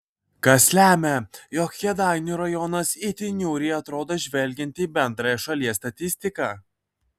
kas lemia jog kėdainių rajonas itin niūriai atrodo žvelgiant į bendrąją šalies statistiką